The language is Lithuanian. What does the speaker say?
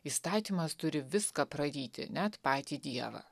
įstatymas turi viską praryti net patį dievą